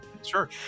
sure